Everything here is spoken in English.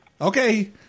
Okay